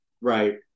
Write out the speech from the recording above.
Right